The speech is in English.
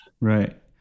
Right